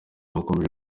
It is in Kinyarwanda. bakomeje